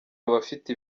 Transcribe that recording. abafite